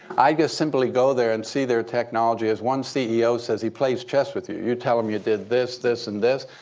i just simply go there and see their technology. as one ceo says, he plays chess with you. you tell him you did this, this, and this.